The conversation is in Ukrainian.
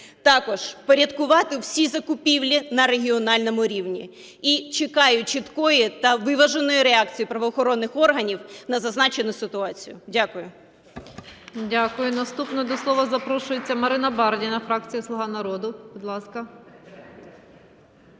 Також впорядкувати всі закупівлі на регіональному рівні. І чекаю чіткої та виваженої реакції правоохоронних органів на зазначену ситуацію. Дякую.